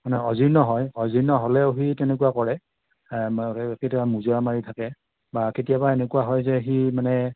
মানে অজীৰ্ণ হয় অজীৰ্ণ হ'লেও সি তেনেকুৱা কৰে কেতিয়াবা মুজোৱা মাৰি থাকে বা কেতিয়াবা এনেকুৱা হয় যে সি মানে